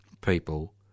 people